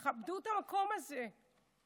תכבדו את המקום הזה.